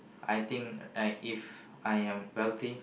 I think right If I am wealthy